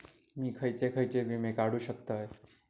मी खयचे खयचे विमे काढू शकतय?